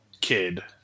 kid